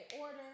order